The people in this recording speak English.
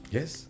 Yes